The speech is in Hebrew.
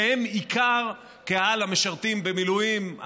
שהם עיקר קהל המשרתים במילואים,